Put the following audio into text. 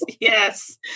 yes